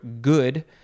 good